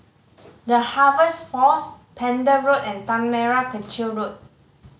The Harvest Force Pender Road and Tanah Merah Kechil Road